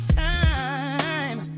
time